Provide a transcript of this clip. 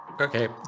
Okay